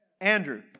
Andrew